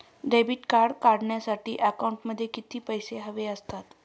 Debit card काढण्यासाठी अकाउंटमध्ये किती पैसे हवे असतात?